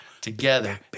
together